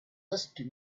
listen